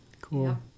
Cool